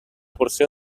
porció